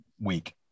week